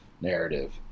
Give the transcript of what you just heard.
narrative